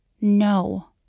No